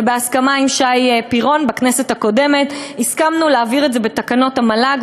ובהסכמה עם שי פירון בכנסת הקודמת החלטנו להעביר את זה בתקנות המל"ג,